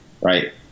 Right